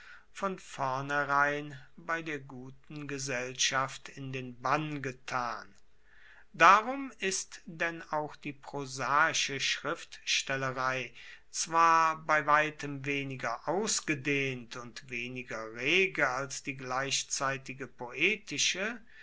von vornherein bei der guten gesellschaft in den bann getan darum ist denn auch die prosaische schriftstellerei zwar bei weitem weniger ausgedehnt und weniger rege als die gleichzeitige poetische